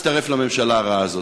אל תצטרף לממשלה הרעה הזאת.